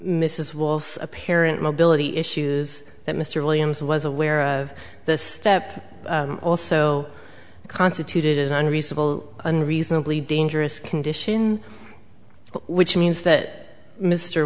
mrs wolff apparent mobility issues that mr williams was aware of the step also constituted an unreasonable unreasonably dangerous condition which means that mr